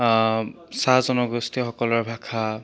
চাহ জনগোষ্ঠীয়সকলৰ ভাষা